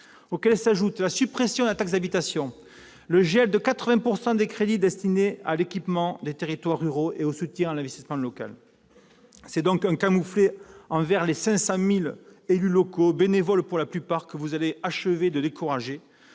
laquelle s'ajouteront la suppression de la taxe d'habitation et le gel de 80 % des crédits destinés à l'équipement des territoires ruraux et au soutien à l'investissement local. C'est un camouflet aux 500 000 élus locaux, bénévoles pour la plupart, que vous allez achever de décourager,